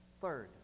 third